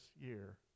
year